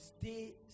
stay